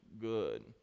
good